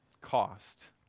cost